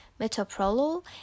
metoprolol